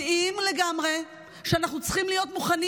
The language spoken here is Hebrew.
יודעים לגמרי שאנחנו צריכים להיות מוכנים